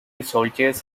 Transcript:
soldiers